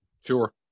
Sure